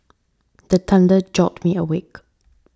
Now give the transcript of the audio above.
the thunder jolt me awake